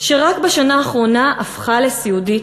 שרק בשנה האחרונה הפכה לסיעודית,